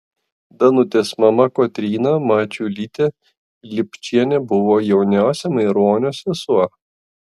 danutės mama kotryna mačiulytė lipčienė buvo jauniausia maironio sesuo